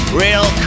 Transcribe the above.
real